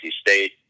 State